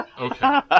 okay